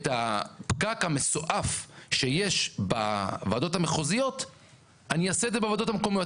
את הפקק המסועף שיש בוועדות המחוזיות אני אעשה את זה בוועדות המקומיות.